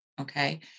Okay